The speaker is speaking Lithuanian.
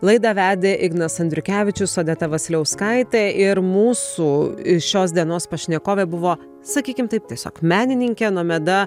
laidą vedė ignas andriukevičius odeta vasiliauskaitė ir mūsų šios dienos pašnekovė buvo sakykim taip tiesiog menininkė nomeda